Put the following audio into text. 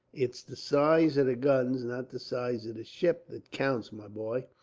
it's the size of the guns, not the size of the ship, that counts, my boy.